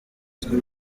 twe